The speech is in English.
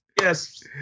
yes